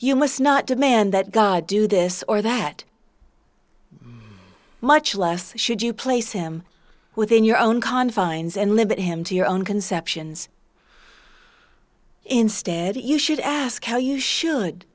you must not demand that god do this or that much less should you place him within your own confines and limit him to your own conceptions instead you should ask how you should